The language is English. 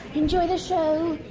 enjoy the show.